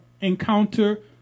encounter